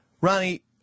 Ronnie